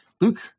Luke